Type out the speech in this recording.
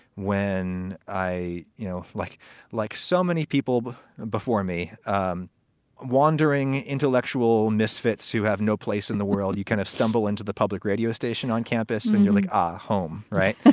when i, you know, like like so many people before me, um wandering intellectual misfits who have no place in the world, you kind of stumble into the public radio station on campus and you're like ah home. right.